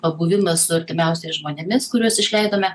pabuvimas su artimiausiais žmonėmis kuriuos išleidome